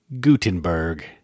Gutenberg